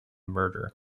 murder